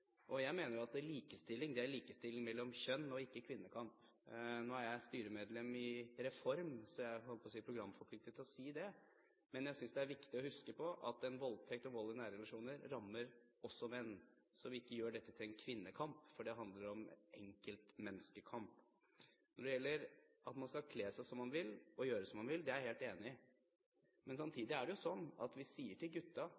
Jeg mener at likestilling er likestilling mellom kjønn, og ikke kvinnekamp. Nå er jeg styremedlem i Reform, så jeg er – jeg holdt på å si – programforpliktet til å si det. Men jeg synes det er viktig å huske på at en voldtekt og vold i nære relasjoner også rammer menn, sånn at vi ikke gjør dette til en kvinnekamp – for det handler om enkeltmenneskekamp. Når det gjelder at man skal kle seg som man vil, og gjøre som man vil, er jeg helt enig i det. Men